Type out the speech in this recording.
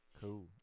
Cool